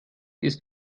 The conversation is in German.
ist